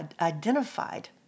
identified